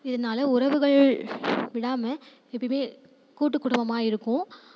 இதனால் உறவுகள் விடாமல் எப்பவுமே கூட்டு குடும்பமாக இருக்கும்